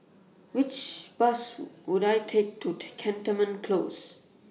Which Bus Would I Take to Cantonment Close